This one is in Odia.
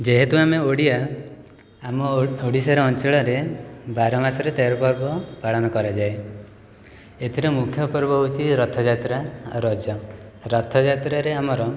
ଯେହେତୁ ଆମେ ଓଡ଼ିଆ ଆମ ଓଡ଼ିଶାର ଅଞ୍ଚଳରେ ବାରମାସରେ ତେର ପର୍ବ ପାଳନ କରାଯାଏ ଏଥିରେ ମୁଖ୍ୟ ପର୍ବ ହେଉଛି ରଥଯାତ୍ରା ଆଉ ରଜ ରଥଯାତ୍ରାରେ ଆମର